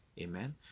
Amen